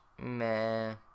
Meh